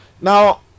Now